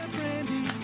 Brandy